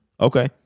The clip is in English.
Okay